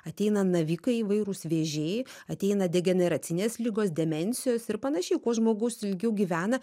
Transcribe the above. ateina navikai įvairūs vėžiai ateina degeneracinės ligos demencijos ir panašiai kuo žmogus ilgiau gyvena